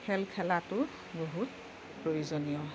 খেল খেলাটো বহুত প্ৰয়োজনীয়